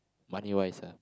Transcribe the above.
money wise ah